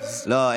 לא,